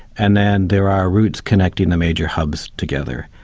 and then there are routes connecting the major hubs together.